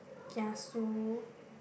kiasu